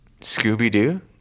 Scooby-Doo